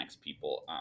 people